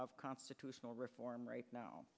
constitutional reform right now